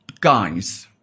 guys –